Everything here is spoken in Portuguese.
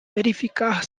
verificar